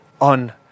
on